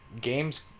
games